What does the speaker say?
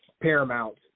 paramount